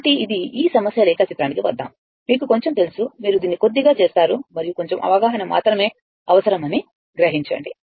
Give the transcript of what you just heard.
కాబట్టి ఇది ఈ సమస్య రేఖాచిత్రానికి వద్దాము మీకు కొంచెం తెలుసు మీరు దీన్ని కొద్దిగా చేస్తారు మరియు కొంచెం అవగాహన మాత్రమే అవసరమని గమనించండి